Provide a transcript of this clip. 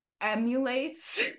emulates